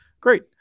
great